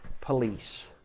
police